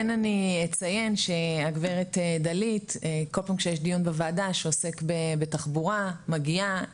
אני כן אציין שהגב' דלית כל פעם כשיש דיון בוועדה שעוסק בתחבורה מגיעה,